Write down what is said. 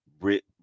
Brit